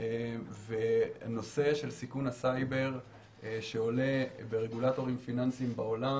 נושא של סיכון הסייבר עולה ברגולטורים פיננסיים בעולם